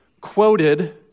quoted